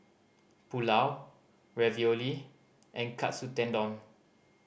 Pulao Ravioli and Katsu Tendon